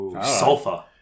Sulfur